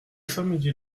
samedi